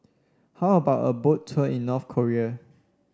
how about a Boat Tour in North Korea